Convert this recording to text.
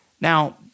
Now